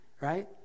right